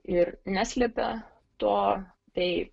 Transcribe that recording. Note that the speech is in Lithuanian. ir neslepė to tai